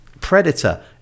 Predator